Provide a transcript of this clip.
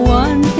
one